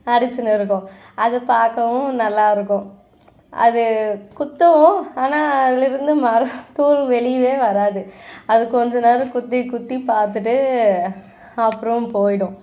அடிச்சுன்னு இருக்கும் அது பார்க்கவும் நல்லாயிருக்கும் அது குத்தும் ஆனால் அதிலருந்து மர தூள் வெளியவே வராது அது கொஞ்சம் நேரம் குத்தி குத்தி பார்த்துட்டு அப்புறம் போய்விடும்